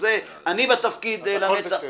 אני בתפקיד -- אז הכול בסדר.